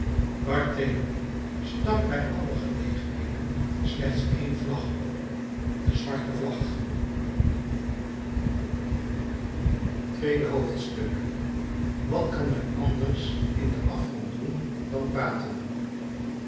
barthélemy stak bij alle gelegenheden slechts één vlag op de zwarte vlag tweede hoofdstuk wat kan men anders in den afgrond doen dan praten